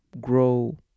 grow